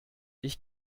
ich